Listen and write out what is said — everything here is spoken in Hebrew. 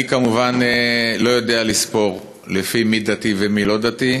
אני כמובן לא יודע לספור לפי מי דתי ומי לא דתי,